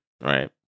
Right